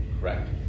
correct